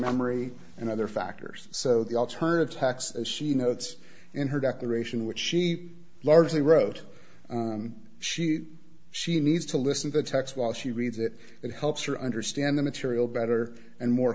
memory and other factors so the alternative tax as she notes in her declaration which she largely wrote she she needs to listen to the text while she reads it it helps her understand the material better and more